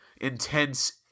intense